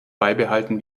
beibehalten